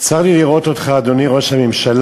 צר לי לראות אותך, אדוני ראש הממשלה,